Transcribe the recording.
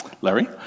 Larry